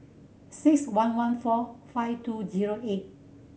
six one one four five two zero eight